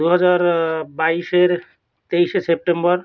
দু হাজার বাইশের তেইশে সেপ্টেম্বর